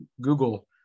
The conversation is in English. Google